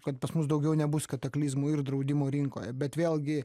kad pas mus daugiau nebus kataklizmų ir draudimo rinkoje bet vėlgi